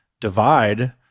Divide